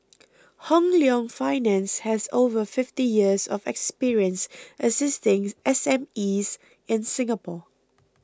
Hong Leong Finance has over fifty years of experience assisting S M Es in Singapore